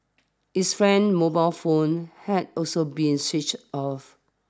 his friend's mobile phone had also been switched off